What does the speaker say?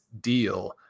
deal